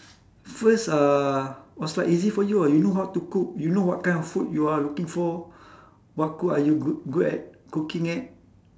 first uh was like easy for you ah you know to cook you know what kind of food you are looking for what cook are you good good at cooking at